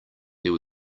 there